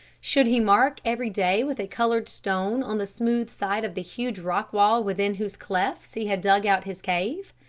should he mark every day with a colored stone on the smooth side of the huge rock wall within whose clefts he had dug out his cave?